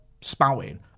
spouting